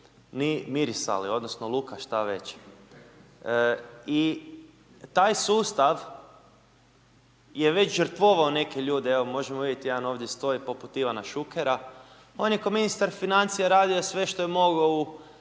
ni mirisali odnosno luka, šta već? I taj sustav je već žrtvovao neke ljude, evo možemo vidjeti jedan ovdje stoji poput Ivana Šukera. On je kao ministar financija radio sve što je mogao u